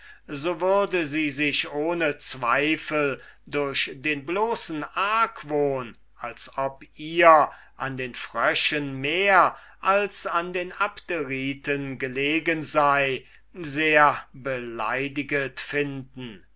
so würde sie sich ohne zweifel durch den bloßen argwohn als ob ihr an den fröschen mehr als an den abderiten gelegen sei sehr beleidiget finden